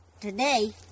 Today